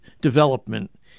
development